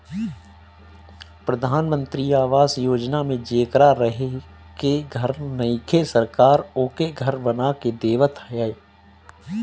प्रधान मंत्री आवास योजना में जेकरा रहे के घर नइखे सरकार ओके घर बना के देवत ह